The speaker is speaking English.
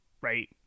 right